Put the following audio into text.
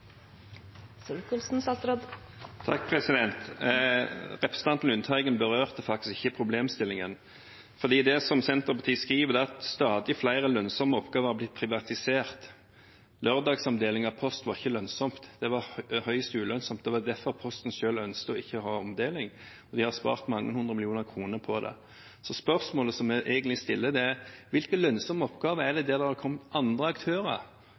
at stadig flere lønnsomme oppgaver har blitt privatisert. Lørdagsomdeling av post var ikke lønnsomt, det var høyst ulønnsomt. Det var derfor Posten selv ikke ønsket å ha omdeling, og de har spart mange hundre millioner kroner på det. Så spørsmålet vi egentlig stiller, er: Innenfor hvilke lønnsomme oppgaver har det kommet andre aktører som tar av overskuddet til Posten, som gjør at Posten ikke kan subsidiere de ulønnsomme tjenestene? Når det gjelder lørdagsomdeling av aviser, er det er